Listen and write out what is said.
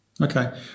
Okay